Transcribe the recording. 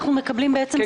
מי נמנע?